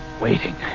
waiting